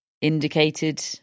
indicated